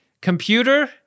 computer